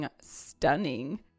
stunning